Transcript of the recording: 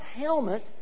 helmet